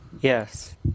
yes